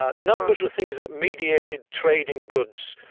ah numbers were things that mediated trading goods.